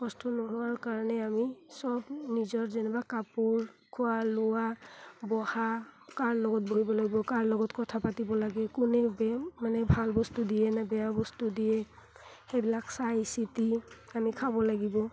বস্তু নোহোৱাৰ কাৰণে আমি চব নিজৰ যেনিবা কাপোৰ খোৱা লোৱা বহা কাৰ লগত বহিব লাগিব কাৰ লগত কথা পাতিব লাগে কোনে বেয়া মানে ভাল বস্তু দিয়ে নাই বেয়া বস্তু দিয়ে সেইবিলাক চাইচিতি আমি খাব লাগিব